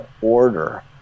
order